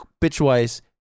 pitch-wise